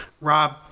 Rob